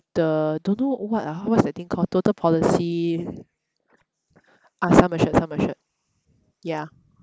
the don't know what ah what's that thing call total policy ah sum assured sum assured ya